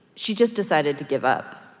she just decided to give up